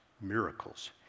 miracles